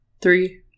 three